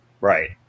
Right